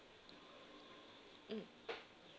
mm